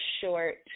short